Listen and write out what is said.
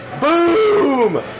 Boom